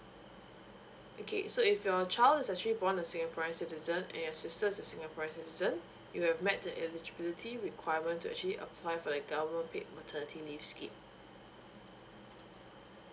okay so if your child is actually born a singaporean citizen and your sister is a singaporean citizen will have met the eligibility requirement to actually apply for the government paid maternity leave scheme